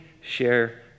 share